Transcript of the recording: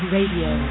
Radio